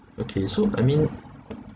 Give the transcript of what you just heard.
okay so I mean